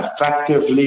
effectively